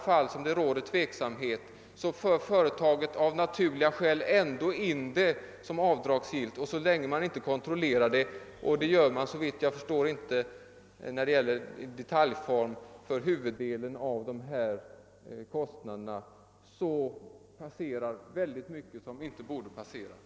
I alla sådana fall tar företaget av naturliga skäl ändå upp kostnaden som avdragsgill. Så länge man inte kontrollerar detta — och det gör man såvitt jag förstår inte i detalj i huvuddelen av dessa fall — passerar mycket som inte borde få gå igenom.